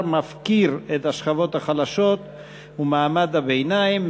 מפקיר את השכבות החלשות ומעמד הביניים,